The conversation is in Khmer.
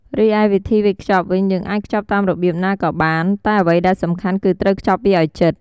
រីឯវិធីវេចខ្ចប់វិញ យើងអាចខ្ចប់តាមរបៀបណាក៏បាន តែអ្វីដែលសំខាន់គឺត្រូវខ្ចប់វាឲ្យជិត។